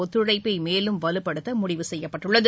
ஒத்துழைப்பைமேலும் வலுப்படுத்தமுடிவு செய்யப்பட்டுள்ளது